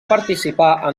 participar